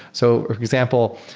so example,